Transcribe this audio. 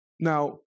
Now